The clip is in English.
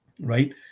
Right